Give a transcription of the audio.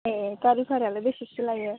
ए गारि भारायालाय बेसेसो लायो